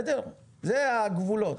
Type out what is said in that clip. אלה הגבולות.